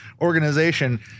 organization